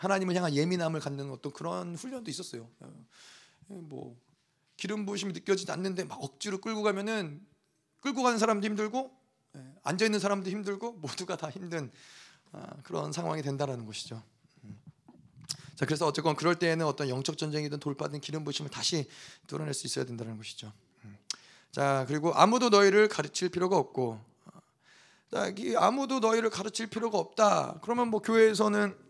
하나님을 향한 예민함을 갖는 어떤 그런 훈련도 있었어요. 어, 뭐 기름 부으심이 느껴지지 않는데 막 억지로 끌고 가면은 끌고 가는 사람도 힘들고, 예, 앉아있는 사람도 힘들고 모두가 다 힘든, 아, 그런 상황이 된다라는 것이죠. 음. 자, 그래서 어쨌건 그럴 때에는 어떤 영적 전쟁이든 돌파든 기름 부으심을 다시 뚫어낼 수 있어야 된다는 것이죠. 음. 자, 그리고 아무도 너희를 가르칠 필요가 없고. 어, 자, 이 아무도 너희를 가르칠 필요가 없다. 그러면 뭐 교회에서는